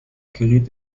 geriet